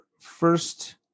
first